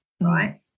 right